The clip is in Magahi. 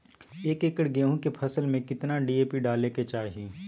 एक एकड़ गेहूं के फसल में कितना डी.ए.पी डाले के चाहि?